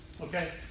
Okay